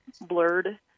blurred